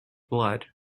blood